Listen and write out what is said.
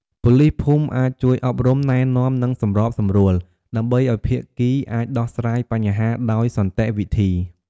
ប៉ូលីសភូមិអាច ជួយអប់រំ ណែនាំ និងសម្របសម្រួល ដើម្បីឱ្យភាគីអាចដោះស្រាយបញ្ហាដោយសន្តិវិធី។